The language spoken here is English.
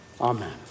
Amen